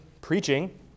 preaching